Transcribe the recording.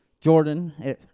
Jordan